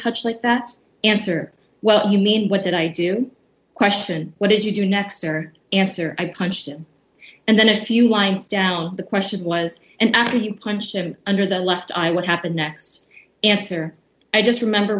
touched like that answer well you mean what did i do question what did you do next or answer i punched him and then a few lines down the question was and after you punched him under the left eye what happened next answer i just remember